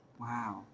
wow